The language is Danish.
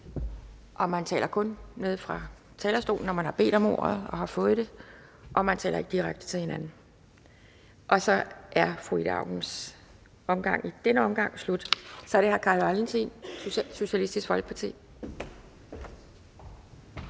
Man taler kun med fra talerstolen, når man har bedt om ordet og har fået det . Og man bruger ikke direkte tiltale. Så er fru Ida Aukens taletid slut i denne omgang. Og så er det hr. Carl Valentin, Socialistisk Folkeparti.